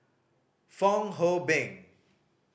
Fong Hoe Beng